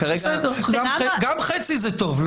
גם חצי זה טוב.